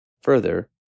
Further